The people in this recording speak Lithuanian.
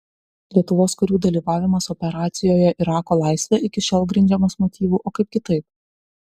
lietuvos karių dalyvavimas operacijoje irako laisvė iki šiol grindžiamas motyvu o kaip kitaip